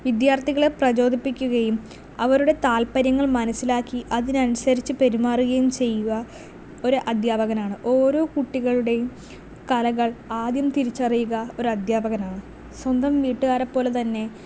വിദ്യാർത്ഥികളെ പ്രചോദിപ്പിക്കുകയും അവരുടെ താല്പര്യങ്ങൾ മനസ്സിലാക്കി അതിനനുസരിച്ച് പെരുമാറുകയും ചെയ്യുക ഒരു അദ്ധ്യാപകനാണ് ഓരോ കുട്ടികളുടെയും കലകൾ ആദ്യം തിരിച്ചറിയുക ഒരു അദ്ധ്യാപകനാണ് സ്വന്തം വീട്ടുകാരെ പോലെ തന്നെ